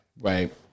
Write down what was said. Right